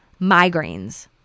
migraines